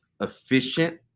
efficient